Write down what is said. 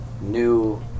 new